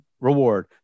reward